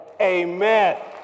Amen